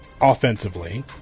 offensively